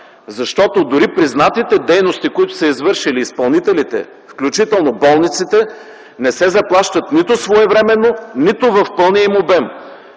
Защото дори признатите дейности, които са извършили изпълнителите, включително болниците, не се заплащат нито своевременно, нито в пълния им обем.